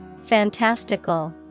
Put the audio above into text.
Fantastical